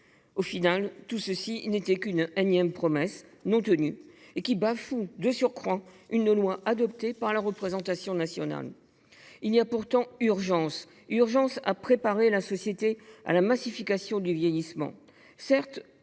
définitive, tout cela n’aura été qu’une énième promesse non tenue, qui bafoue de surcroît une proposition de loi adoptée par la représentation nationale. Il y a pourtant urgence à préparer la société à la massification du vieillissement.